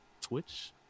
Twitch